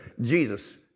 Jesus